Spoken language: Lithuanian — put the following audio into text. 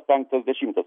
penktas dešimtas